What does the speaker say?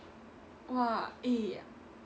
!wah! eh